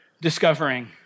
discovering